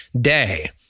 day